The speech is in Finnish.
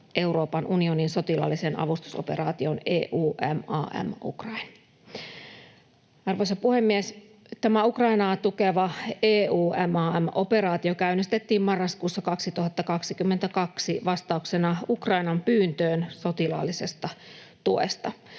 Euroopan unionin sotilaalliseen avustusoperaatioon EUMAM Ukraine. Arvoisa puhemies! Tämä Ukrainaa tukeva EUMAM-operaatio käynnistettiin marraskuussa 2022 vastauksena Ukrainan pyyntöön sotilaallisesta tuesta,